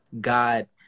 God